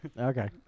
Okay